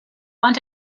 want